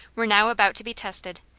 were now about to be tested,